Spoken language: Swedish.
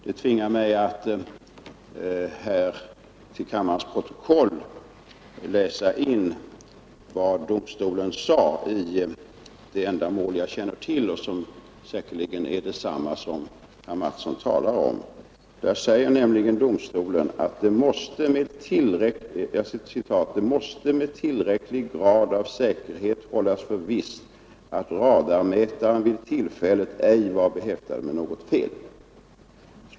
Det tvingar mig att till kammarens protokoll läsa in vad domstolen sade i det enda mål jag känner till — vilket säkerligen är detsamma som herr Mattsson talar om. Där säger domstolen att det ”måste emellertid med tillräcklig grad av säkerhet hållas för visst att radarmätaren vid tillfället ej var behäftad med något fel”.